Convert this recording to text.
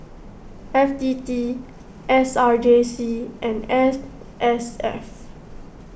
F T T S R J C and S S F